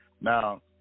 Now